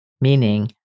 meaning